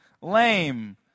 lame